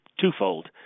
twofold